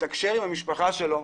לתקשר עם המשפחה שלו,